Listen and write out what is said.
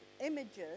Images